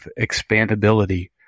expandability